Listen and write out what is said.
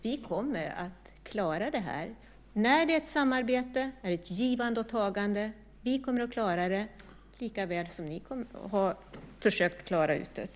Vi kommer att klara det här. När det är ett samarbete är det ett givande och ett tagande. Vi kommer att klara det likaväl som ni har försökt klara ut det.